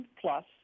Plus